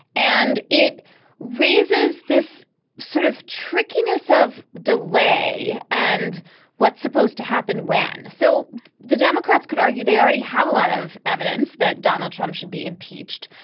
and it raises this sort of trickiness of delay and what's supposed to happen when so the democrats could argue they already have a lot of evidence that donald trump should be impeached.